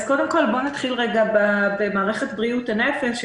קודם כול, נתחיל עם מערכת בריאות הנפש.